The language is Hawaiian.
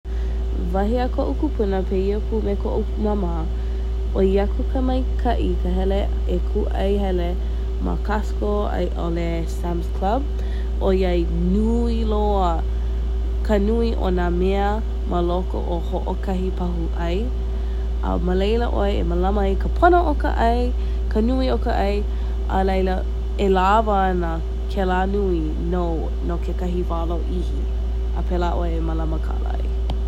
Wahi a ko’u kūpuna pēia pū me ko’u māmā, oi aku ka maikaʻi ka hele e kūʻai hele ma Costco aiʻole ma Samʻs Club oi ai nui loa ka nui o nā mea ma loko o hoʻokahi pahu ʻai a ma leila ʻoe a mālama i ka pono ka ʻai ka nui o ka ʻai a laila e lawa ana kēlā nui nou no kekahi wā loʻihi, a pēlā ʻoe e mālama ka ʻai